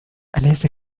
أليس